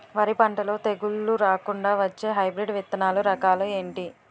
వరి పంటలో తెగుళ్లు రాకుండ వచ్చే హైబ్రిడ్ విత్తనాలు రకాలు ఏంటి?